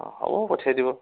অঁ হ'ব পঠিয়াই দিব